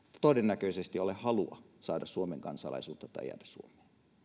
todennäköisesti ole halua saada suomen kansalaisuutta tai jäädä suomeen